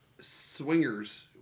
swingers